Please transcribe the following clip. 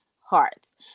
hearts